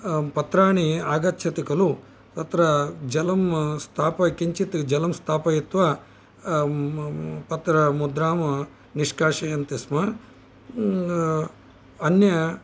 पत्राणि आगच्छति खलु तत्र जलं स्थाप किञ्चित् जलं स्थापयित्वा तत्र मुद्रां निष्काशयन्ति स्म अन्य